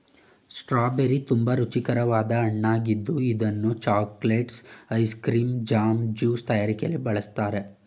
strawberry ತುಂಬಾ ರುಚಿಕರವಾದ ಹಣ್ಣಾಗಿದ್ದು ಇದನ್ನು chocolates, ice cream, jam, juice ತಯಾರಿಕೆಯಲ್ಲಿ ಬಳ್ಸತ್ತರೆ